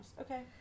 Okay